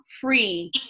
free